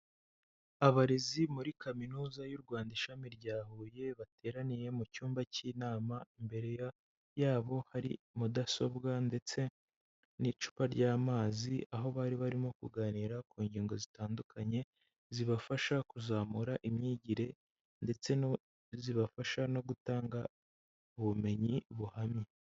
Abarezi muri kaminuza y'u Rwanda ishami rya Huye bateraniye mu cyumba K'inama imbere yabo hari mudasobwa ndetse n'icupa ry'amazi aho bari barimo kuganira ku ngingo zitandukanye zibafasha kuzamura imyigire ndetse zibafasha no gutanga ubumenyi buhamye.